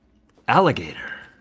alligator.